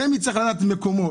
רמ"י צריך לדעת את מקומו.